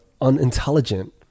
unintelligent